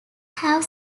have